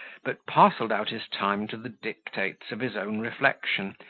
but parcelled out his time to the dictates of his own reflection,